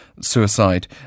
suicide